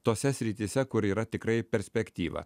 tose srityse kur yra tikrai perspektyva